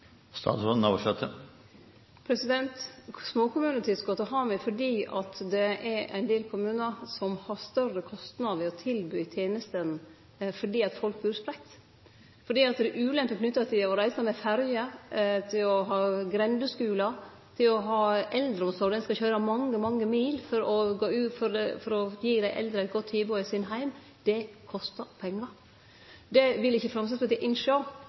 har me fordi det er ein del kommunar som har større kostnader ved å tilby tenestene – fordi folk bur spreitt, fordi det er ulemper knytte til å reise med ferje, til å ha grendeskular, til å ha eldreomsorg – ein skal køyre mange, mange mil for å gi dei eldre eit godt tilbod i deira heim. Det kostar pengar. Det vil ikkje Framstegspartiet innsjå,